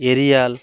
ariel